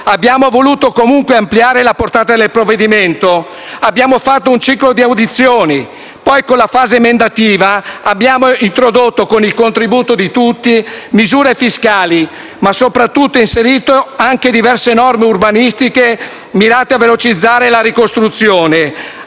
abbiamo voluto comunque ampliare la portata del provvedimento. Abbiamo fatto un ciclo di audizioni. Poi, con la fase emendativa, abbiamo introdotto con il contributo di tutti misure fiscali, ma soprattutto inserito anche diverse norme urbanistiche mirate a velocizzare la ricostruzione.